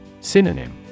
Synonym